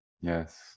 yes